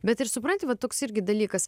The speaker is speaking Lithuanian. bet ir supranti va toks irgi dalykas